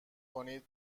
کنید